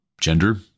gender